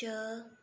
च